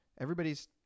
everybody's